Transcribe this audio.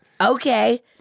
okay